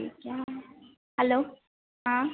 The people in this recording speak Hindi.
ये क्या हो रहा हलो हाँ